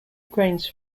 grains